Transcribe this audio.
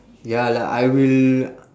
ya lah I will